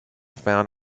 found